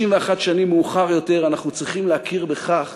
61 שנים מאוחר יותר אנחנו צריכים להכיר בכך